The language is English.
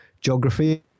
geography